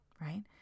Right